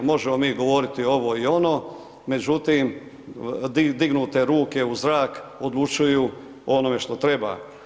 Možemo mi govoriti ovo i ono, međutim, dignute ruke u zrak odlučuju o onome što treba.